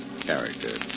character